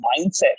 mindset